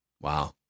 Wow